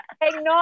ignore